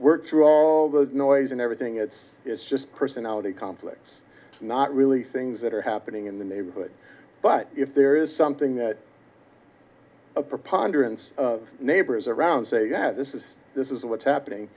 work through all the noise and everything it is just personality conflicts not really things that are happening in the neighborhood but if there is something that a preponderance of neighbors around say that this is this is what's happening